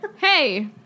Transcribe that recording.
Hey